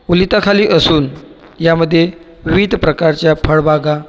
ओलिताखाली असून यामध्ये विविध प्रकारच्या फळबागा